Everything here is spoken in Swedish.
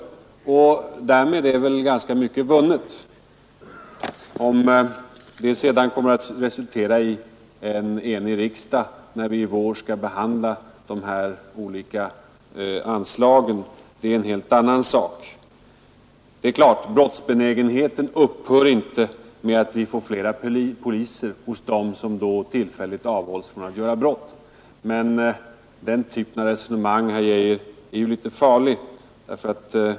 Därmed är väl ganska mycket vunnet. Om det sedan kommer att resultera i en enig riksdag när vi i vår skall behandla de här olika anslagen är en helt annan sak. Genom att vi får fler poliser upphör givetvis inte brottsbenägenheten hos dem som då tillfälligt avhålls från att begå brott. Men den typen av resonemang, herr Geijer, är ju litet farlig.